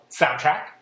soundtrack